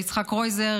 ליצחק קרויזר,